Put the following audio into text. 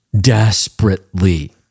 desperately